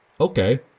Okay